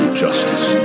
justice